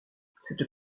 cette